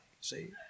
see